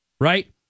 Right